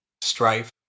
strife